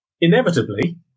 inevitably